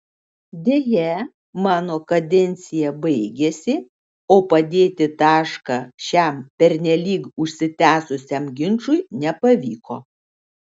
deja mano kadencija baigėsi o padėti tašką šiam pernelyg užsitęsusiam ginčui nepavyko